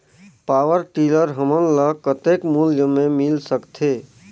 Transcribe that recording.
Power tiller हमन ल कतेक मूल्य मे मिल सकथे?